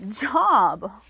job